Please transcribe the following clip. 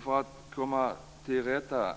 För att komma till rätta